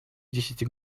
десяти